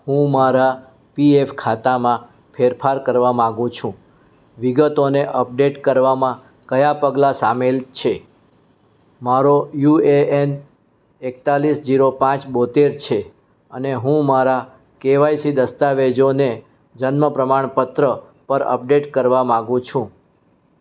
હું મારા પીએફ ખાતામાં ફેરફાર કરવા માગું છું વિગતોને અપડેટ કરવામાં કયાં પગલાં સામેલ છે મારો યુએએન એકતાલીસ જીરો પાંચ બોત્તેર છે અને હું મારા કેવાયસી દસ્તાવેજોને જન્મ પ્રમાણપત્ર પર અપડેટ કરવા માગું છું